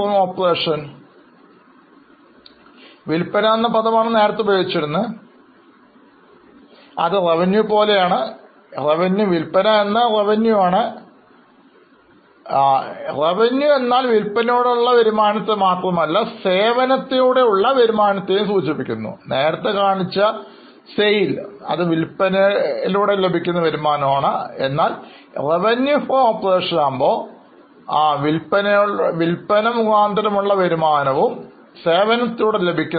മനസ്സിലാക്കാൻ ഞാൻ വിൽപ്പന എന്നപദം ഉപയോഗിച്ചിരുന്നു അത് റവന്യൂ പോലെയാണ് Revenue എന്നാൽ വിൽപ്പനയിലൂടെ ഉള്ള വരുമാനത്തെ മാത്രമല്ല സേവനത്തിലൂടെ ലഭിക്കുന്ന വരുമാനത്തെയും സൂചിപ്പിക്കുന്നു